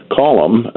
column